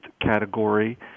category